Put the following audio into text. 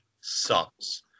sucks